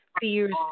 fears